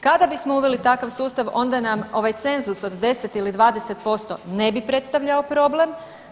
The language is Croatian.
Kada bismo uveli takav sustav onda nam ovaj cenzus od 10 ili 20% ne predstavljao problem.